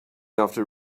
after